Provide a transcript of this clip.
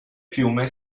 fiume